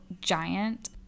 giant